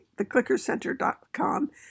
theclickercenter.com